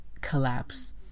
collapse